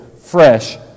fresh